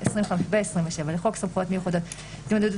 25 ו-27 לחוק סמכויות מיוחדות (התמודדות